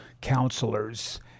counselors